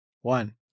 one